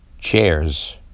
chairs